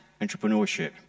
entrepreneurship